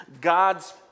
God's